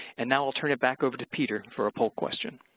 and now i'll turn it back over to peter for a poll question.